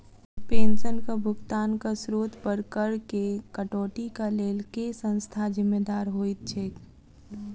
पेंशनक भुगतानक स्त्रोत पर करऽ केँ कटौतीक लेल केँ संस्था जिम्मेदार होइत छैक?